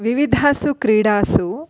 विविधासु क्रीडासु